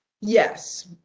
yes